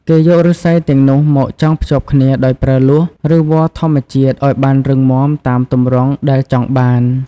គេយកឬស្សីទាំងនោះមកចងភ្ជាប់គ្នាដោយប្រើលួស ឬវល្លិធម្មជាតិឱ្យបានរឹងមាំតាមទម្រង់ដែលចង់បាន។